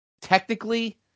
technically